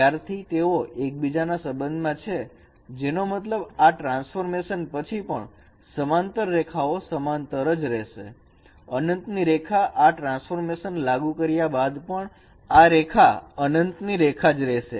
જ્યારથી તેઓ એકબીજાના સંબંધમાં છે જેનો મતલબ આ ટ્રાન્સફોર્મેશન પછી પણ સમાંતર રેખાઓ સમાંતર જ રહેશે અનંત ની રેખા આ ટ્રાન્સફોર્મેશન લાગુ કર્યા બાદ પણ આ રેખા અનંત ની રેખા જ રહેશે